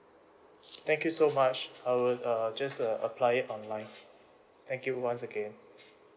thank you so much I will uh just uh apply it online thank you once again